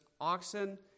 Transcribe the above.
oxen